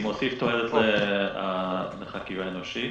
מוסיף תועלת לחקירה האנושית,